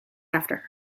after